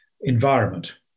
environment